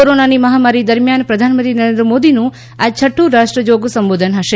કોરોનાની મહામારી દરમિયાન પ્રધાનમંત્રી નરેન્દ્ર મોદીનું આ છઠું રાષ્ટ્રજોગ સંબોધન હશે